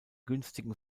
günstigen